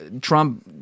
Trump